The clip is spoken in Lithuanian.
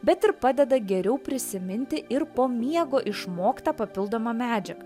bet ir padeda geriau prisiminti ir po miego išmoktą papildomą medžiagą